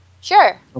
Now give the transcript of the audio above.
Sure